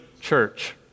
church